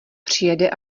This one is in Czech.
přijede